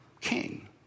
king